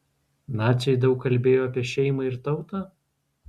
naciai daug kalbėjo apie šeimą ir tautą